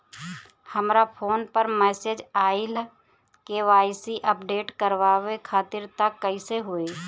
हमरा फोन पर मैसेज आइलह के.वाइ.सी अपडेट करवावे खातिर त कइसे होई?